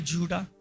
Judah